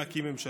להקים ממשלה.